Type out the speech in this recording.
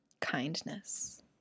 kindness